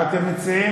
מה אתם מציעים?